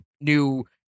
new